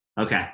okay